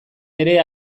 ere